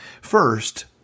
First